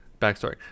backstory